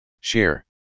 Share